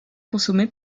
consommé